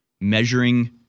measuring